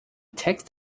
text